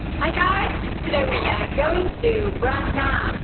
hi guys today we are going to do rad na.